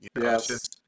Yes